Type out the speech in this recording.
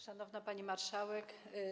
Szanowna Pani Marszałek!